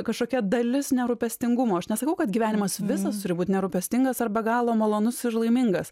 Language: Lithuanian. kažkokia dalis nerūpestingumo aš nesakau kad gyvenimas visas turi būt nerūpestingas ar be galo malonus ir laimingas